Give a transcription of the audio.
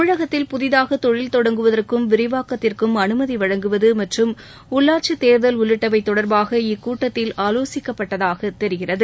தமிழகத்தில் புதிதாக தொழில் தொடங்குவதற்கும் விரிவாக்கத்திற்கும் அனுமதி வழங்குவது மற்றும் உள்ளாட்சி தேர்தல் உள்ளிட்டவை தொடர்பாக இக்கூட்டத்தில் ஆலோசிக்கப்பட்டதாக தெரிகிறது